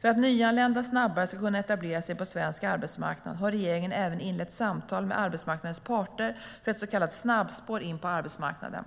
För att nyanlända snabbare ska kunna etablera sig på svensk arbetsmarknad har regeringen även inlett samtal med arbetsmarknadens parter för ett så kallat snabbspår in på arbetsmarknaden.